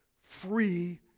free